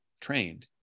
trained